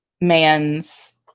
man's